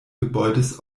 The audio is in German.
gebäudes